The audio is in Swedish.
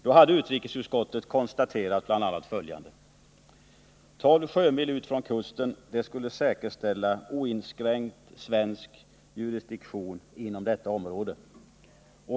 I samband härmed konstaterade man i utrikesutskottet bl.a. att en gräns på 12 sjömil ut från kusten skulle säkerställa oinskränkt svensk jurisdiktion inom detta område.